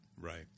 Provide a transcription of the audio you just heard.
Right